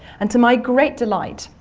and to my great delight,